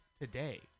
today